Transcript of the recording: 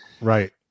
Right